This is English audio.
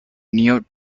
neo